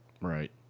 Right